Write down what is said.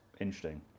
interesting